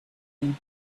seem